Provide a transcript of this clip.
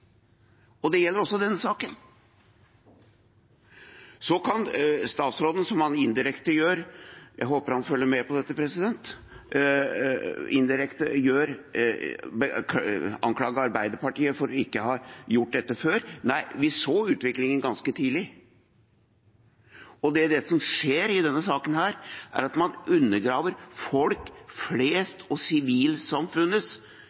Det gjelder også i denne saken. Statsråden kan, som han indirekte gjør – jeg håper han følger med på dette – anklage Arbeiderpartiet for ikke å ha gjort dette før. Nei, vi så utviklingen ganske tidlig, og det som skjer i denne saken her, er at man undergraver folk